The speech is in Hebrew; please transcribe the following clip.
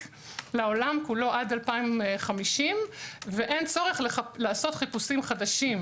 לעולם כולו עד 2050 ואין צורך לעשות חיפושים חדשים.